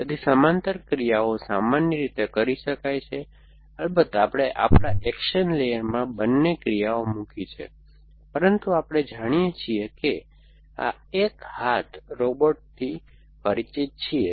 તેથી સમાંતર ક્રિયાઓ સામાન્ય રીતે કરી શકાય છે અલબત્ત આપણે આપણા એક્શન લેયરમાં બંને ક્રિયાઓ મૂકી છે પરંતુ આપણે જાણીએ છીએ કે હવે આ એક હાથ રોબોટથી પરિચિત છીએ